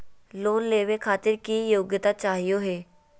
Loan लेवे खातीर की योग्यता चाहियो हे?